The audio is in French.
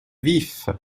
vif